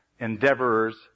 Endeavorers